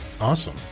awesome